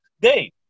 Dave